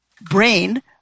brain